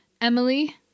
emily